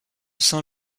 saint